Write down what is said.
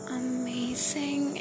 amazing